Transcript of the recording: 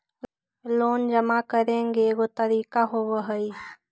Loan जमा करेंगे एगो तारीक होबहई?